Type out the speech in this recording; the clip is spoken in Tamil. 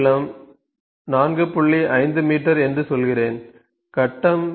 5 மீட்டர் என்று சொல்கிறேன்